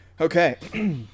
Okay